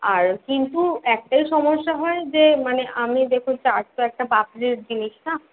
আর কিন্তু একটাই সমস্যা হয় যে মানে আমি দেখুন চাট তো একটা পাপড়ির জিনিস না